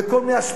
בכל מיני השפעות.